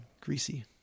greasy